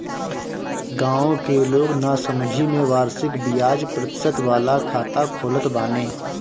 गांव के लोग नासमझी में वार्षिक बियाज प्रतिशत वाला खाता खोलत बाने